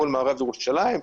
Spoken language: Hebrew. בכל מערב ירושלים.